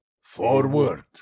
Forward